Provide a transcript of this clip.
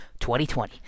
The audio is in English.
2020